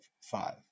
five